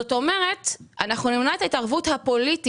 זאת אומרת, אנחנו נמנע את ההתערבות הפוליטית